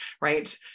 right